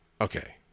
Okay